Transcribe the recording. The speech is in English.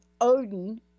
Odin